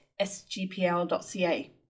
sgpl.ca